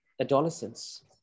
adolescence